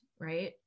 right